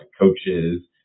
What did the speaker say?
coaches